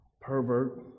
pervert